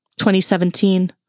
2017